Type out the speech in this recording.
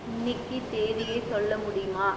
இன்னைக்கு தேதியை சொல்ல முடியுமா